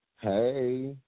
Hey